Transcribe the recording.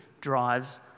drives